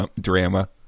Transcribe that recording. drama